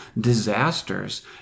disasters